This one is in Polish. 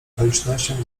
okolicznościom